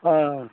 हाँ